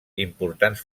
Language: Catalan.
importants